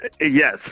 yes